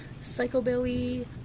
psychobilly